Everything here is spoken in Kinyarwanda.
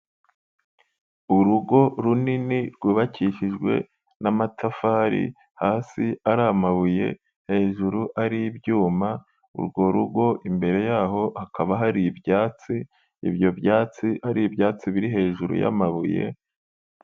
Urugo runini rwubakishijwe n'amatafari hasi ari amabuye hejuru ari ibyuma, urwo rugo imbere yaho hakaba hari ibyatsi ibyo byatsi ari ibyatsi biri hejuru y'amabuye.